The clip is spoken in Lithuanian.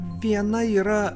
viena yra